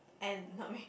end